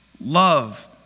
love